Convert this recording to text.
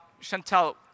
Chantal